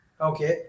Okay